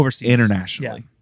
internationally